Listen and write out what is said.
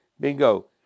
bingo